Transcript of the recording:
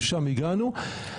משם הגענו.